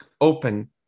open